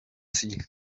sea